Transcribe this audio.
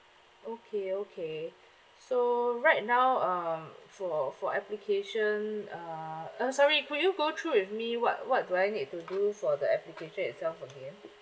okay okay so right now um for for application uh uh sorry could you go through with me what what do I need to do for the application itself again